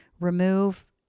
remove